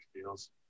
feels